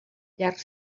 llarg